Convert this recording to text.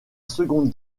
seconde